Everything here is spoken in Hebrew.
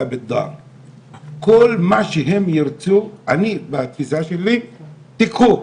כל מה שהם ירצו, בתפיסה שלי תיקחו.